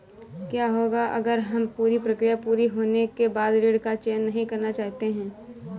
क्या होगा अगर हम पूरी प्रक्रिया पूरी होने के बाद ऋण का चयन नहीं करना चाहते हैं?